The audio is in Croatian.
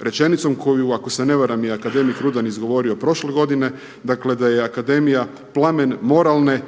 rečenicom koju ako se ne varam je i akademik Rudan govorio prošle godine, dakle da je akademija plamen moralne